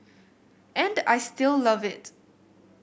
and I still love it